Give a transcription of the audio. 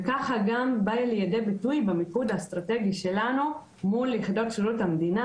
וכך גם בא לידי ביטוי במיקוד האסטרטגי שלנו מול יחידות שירות המדינה,